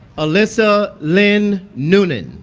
alyssa lynne noonan